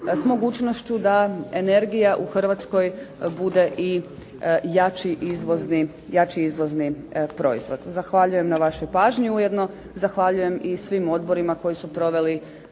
s mogućnošću da energija u Hrvatskoj bude i jači izvozni proizvod. Zahvaljujem na vašoj pažnji, ujedno zahvaljujem i svim odborima koji su proveli